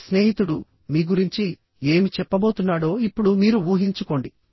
ఈ స్నేహితుడు మీ గురించి ఏమి చెప్పబోతున్నాడో ఇప్పుడు మీరు ఊహించుకోండి